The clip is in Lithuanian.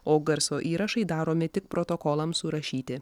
o garso įrašai daromi tik protokolams surašyti